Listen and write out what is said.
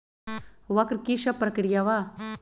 वक्र कि शव प्रकिया वा?